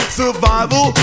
survival